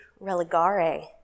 religare